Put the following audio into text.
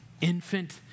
infant